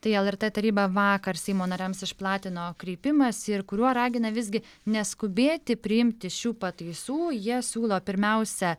tai lrt taryba vakar seimo nariams išplatino kreipimąsi ir kuriuo ragina visgi neskubėti priimti šių pataisų jie siūlo pirmiausia